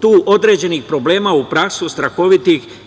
tu određenih problema u praksi, strahovitih